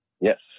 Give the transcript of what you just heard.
Yes